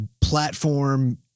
platform